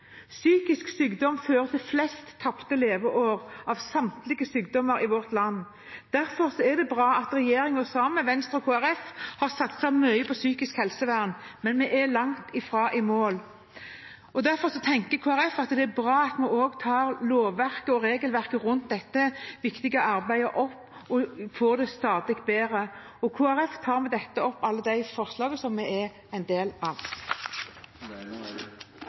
er det bra at regjeringen sammen med Venstre og Kristelig Folkeparti har satset mye på psykisk helsevern. Men vi er langt fra i mål. Derfor tenker Kristelig Folkeparti at det er bra at vi også tar opp lov- og regelverket rundt dette viktige arbeidet og får det stadig bedre. Jeg tar med dette opp det forslaget som